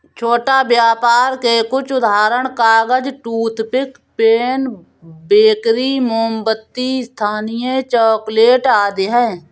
छोटा व्यापर के कुछ उदाहरण कागज, टूथपिक, पेन, बेकरी, मोमबत्ती, स्थानीय चॉकलेट आदि हैं